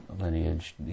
lineage